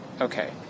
Okay